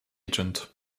agent